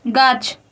গাছ